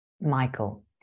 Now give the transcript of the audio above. Michael